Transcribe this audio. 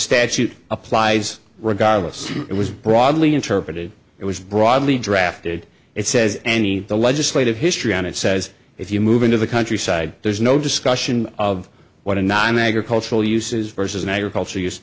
statute applies regardless it was broadly interpreted it was broadly drafted it says any the legislative history on it says if you move into the countryside there's no discussion of what a nonagricultural uses versus an agriculture use